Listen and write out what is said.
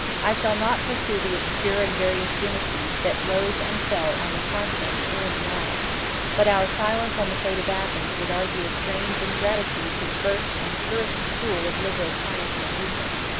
i shall not pursue the obscure and various dynasties, that rose and fell on the continent or in the isles but our silence on the fate of athens would argue a strange ingratitude to the first and purest school of liberal science and amusement.